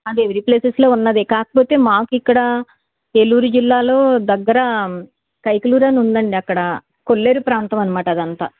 అది ఎవ్రీ ప్లేసెస్లో ఉన్నదే కాకపోతే మాకిక్కడ ఏలూరు జిల్లాలో దగ్గర కైకలూరనుందండి అక్కడ కొల్లేరు ప్రాంతం అనమాట అదంతా